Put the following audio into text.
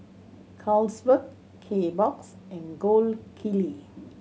Carlsberg Kbox and Gold Kili